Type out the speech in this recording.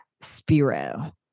Spiro